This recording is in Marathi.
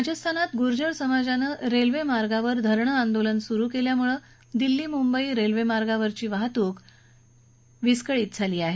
राजस्थानात गुर्जर समाजानं रेल्वे मार्गावर धरणं आंदोलन सुरु केल्यामुळे दिल्ली मुंबई रेल्वेमार्गावरील वाहतूकीवर परिणाम झाला आहे